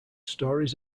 stories